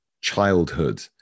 childhood